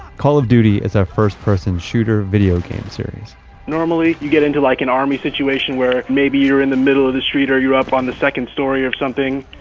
call of duty it's a first person shooter video game series normally you get into like, an army situation where maybe you're in the middle of the street or you're up on the second story of something,